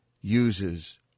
uses